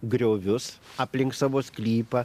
griovius aplink savo sklypą